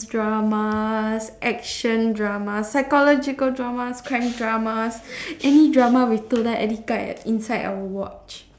dramas action dramas psychological dramas crime dramas any drama with toda-erika ah inside I will watch